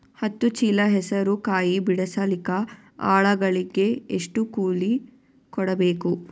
ಹತ್ತು ಚೀಲ ಹೆಸರು ಕಾಯಿ ಬಿಡಸಲಿಕ ಆಳಗಳಿಗೆ ಎಷ್ಟು ಕೂಲಿ ಕೊಡಬೇಕು?